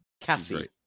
Cassie